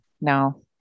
No